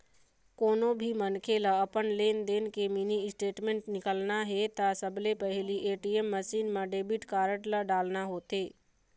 कोनो भी मनखे ल अपन लेनदेन के मिनी स्टेटमेंट निकालना हे त सबले पहिली ए.टी.एम मसीन म डेबिट कारड ल डालना होथे